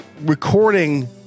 recording